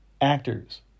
actors